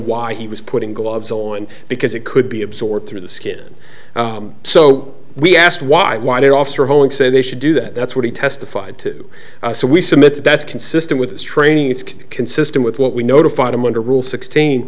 why he was putting gloves on because it could be absorbed through the skin so we asked why why did officer holing say they should do that that's what he testified to so we submit that's consistent with his training it's consistent with what we notify them under rule sixteen